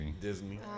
Disney